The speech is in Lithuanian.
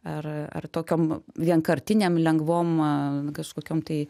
ar ar tokiom vienkartinėm lengvom kažkokiom tai